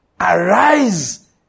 arise